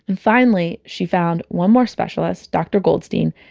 and finally, she found one more specialist, dr goldstein,